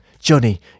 Johnny